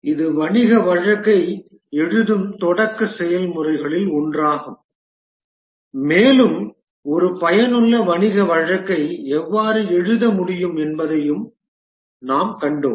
இது வணிக வழக்கை எழுதும் தொடக்க செயல்முறைகளில் ஒன்றாகும் மேலும் ஒரு பயனுள்ள வணிக வழக்கை எவ்வாறு எழுத முடியும் என்பதை நாம் கண்டோம்